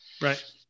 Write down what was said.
Right